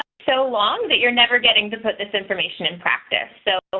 so long that you're never getting to put this information in practice, so,